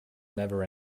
never